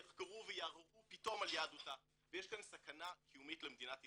שיחקרו ויערערו פתאום על יהדותה ויש כאן סכנה קיומית למדינת ישראל.